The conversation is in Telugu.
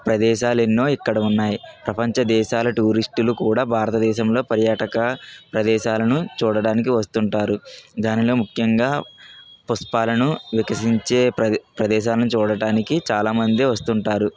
ప్రదేశాలు ఎన్నో ఇక్కడ ఉన్నాయి ప్రపంచ దేశాల టూరిస్టులు కూడా భారతదేశంలో పర్యాటక ప్రదేశాలను చూడటానికి వస్తుంటారు దానిలో ముఖ్యంగా పుష్పాలను వికసించే ప్రదే ప్రదేశాలను చూడటానికి చాలా మంది వస్తుంటారు